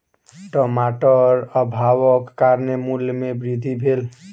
टमाटर अभावक कारणेँ मूल्य में वृद्धि भेल